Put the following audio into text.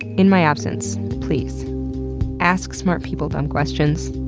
in my absence, please ask smart people dumb questions,